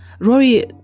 rory